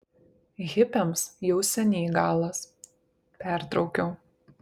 hipiams jau seniai galas pertraukiau